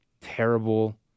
terrible